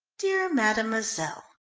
dear mademoiselle.